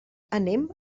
anem